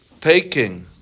taking